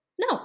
no